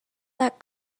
that